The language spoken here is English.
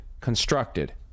constructed